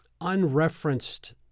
unreferenced